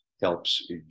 helps